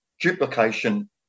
duplication